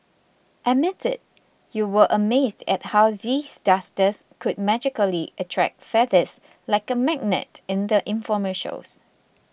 admit it you were amazed at how these dusters could magically attract feathers like a magnet in the infomercials